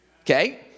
Okay